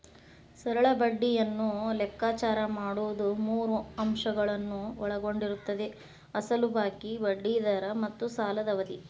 ಸರಳ ಬಡ್ಡಿಯನ್ನು ಲೆಕ್ಕಾಚಾರ ಮಾಡುವುದು ಮೂರು ಅಂಶಗಳನ್ನು ಒಳಗೊಂಡಿರುತ್ತದೆ ಅಸಲು ಬಾಕಿ, ಬಡ್ಡಿ ದರ ಮತ್ತು ಸಾಲದ ಅವಧಿ